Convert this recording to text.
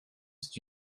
c’est